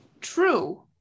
True